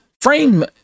frame